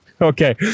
Okay